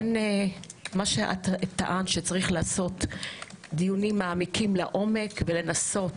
את טענת שצריך לעשות דיונים מעמיקים ולנסות